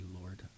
Lord